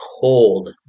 cold